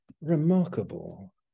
remarkable